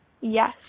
Yes